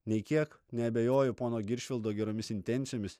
nei kiek neabejoju pono giršvildo geromis intencijomis